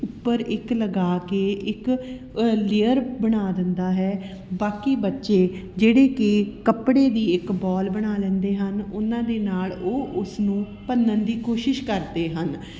ਉੱਪਰ ਇੱਕ ਲਗਾ ਕੇ ਇੱਕ ਲੇਅਰ ਬਣਾ ਦਿੰਦਾ ਹੈ ਬਾਕੀ ਬੱਚੇ ਜਿਹੜੇ ਕਿ ਕੱਪੜੇ ਦੀ ਇੱਕ ਬਾਲ ਬਣਾ ਲੈਂਦੇ ਹਨ ਉਨ੍ਹਾਂ ਦੇ ਨਾਲ ਉਹ ਉਸਨੂੰ ਭੰਨਣ ਦੀ ਕੋਸ਼ਿਸ਼ ਕਰਦੇ ਹਨ